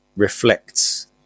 reflects